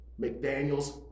McDaniels